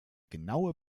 genaue